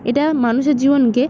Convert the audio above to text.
এটা মানুষের জীবনকে